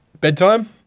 bedtime